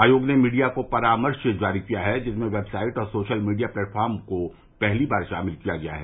आयोग ने मीडिया को परामर्श जारी किया है जिसमें वेबसाइट और सोशल मीडिया प्लेटफार्म को पहली बार शामिल किया गया है